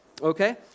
Okay